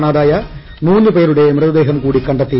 കാണാതായ മൂന്നു പേരുടെ മൃതദേഹം കൂടി കണ്ടെത്തി